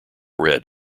red